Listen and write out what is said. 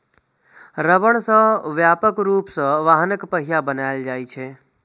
रबड़ सं व्यापक रूप सं वाहनक पहिया बनाएल जाइ छै